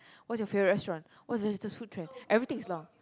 what's your favourite restaurant what's the latest food trend everything is long